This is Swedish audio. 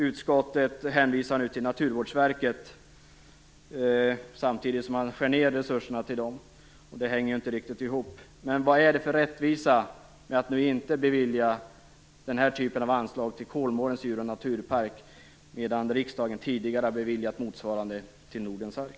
Utskottet hänvisar nu till Naturvårdsverket, samtidigt som resurserna till Naturvårdsverket skärs ned. Det här hänger inte riktigt ihop. Vad är det för rättvisa i att nu inte bevilja nämnda typ av anslag till Kolmårdens djur och naturpark, när riksdagen tidigare beviljat motsvarande till Nordens Ark?